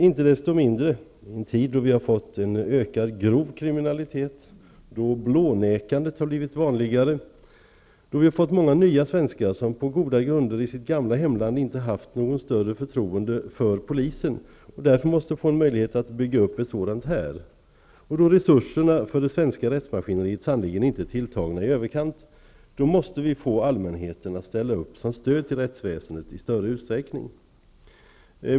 I en tid då vi har en ökad grov kriminalitet, då blånekandet har blivit vanligare, då många nya svenskar, som på goda grunder i sitt gamla hemland inte har haft något större förtroende för polisen, måste få möjligheter att bygga upp ett sådant förtroende här samt då resurserna beträffande det svenska rättsmaskineriet sannerligen inte är tilltagna i överkant måste vi få allmänheten att i större utsträckning ställa upp som stöd till rättsväsendet.